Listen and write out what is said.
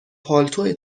پالتو